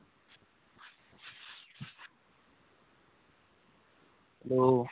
बोल्लो